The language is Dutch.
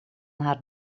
haar